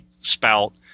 spout